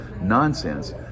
nonsense